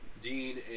Dean